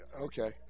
okay